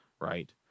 right